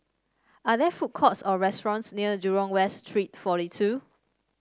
are there food courts or restaurants near Jurong West Street forty two